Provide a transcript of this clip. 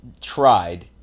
tried